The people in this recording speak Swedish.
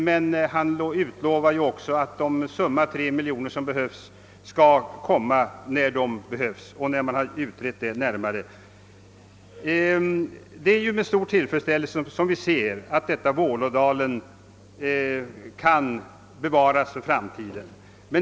Statsrådet utlovar emellertid dessutom att den summa av 3 miljoner kronor som totalt behövs skall anslås efter närmare utredning och när så blir nödvändigt. Det är med stor tillfredsställelse som vi ser att Vålådalen kan bevaras för framtiden.